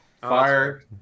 Fire